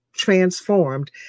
transformed